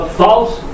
false